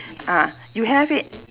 ah you have it